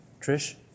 Trish